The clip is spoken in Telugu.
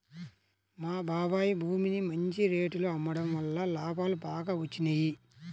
మా బాబాయ్ భూమిని మంచి రేటులో అమ్మడం వల్ల లాభాలు బాగా వచ్చినియ్యి